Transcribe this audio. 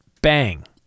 Bang